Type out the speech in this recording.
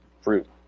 fruit